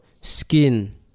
skin